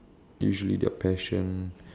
usually their passion